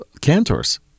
cantors